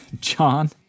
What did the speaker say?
John